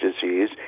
disease